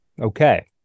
okay